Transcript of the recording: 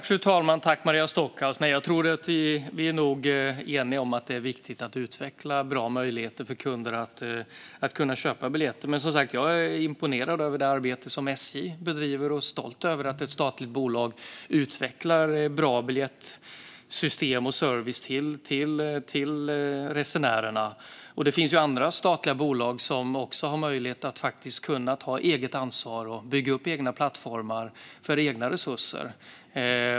Fru talman! Jag tror att vi är eniga, Maria Stockhaus, om att det är viktigt att utveckla bra möjligheter för kunder att köpa biljetter. Men jag är som sagt imponerad av det arbete som SJ bedriver, och jag är stolt över att ett statligt bolag utvecklar bra biljettsystem och service till resenärerna. Det finns andra statliga bolag som också har möjlighet att ta eget ansvar och bygga upp egna plattformar för egna resurser.